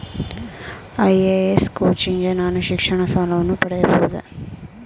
IAS coaching ಗೆ ನಾನು ಶಿಕ್ಷಣ ಸಾಲವನ್ನು ಪಡೆಯಬಹುದೇ?